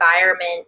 environment